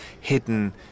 hidden